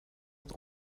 het